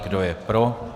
Kdo je pro?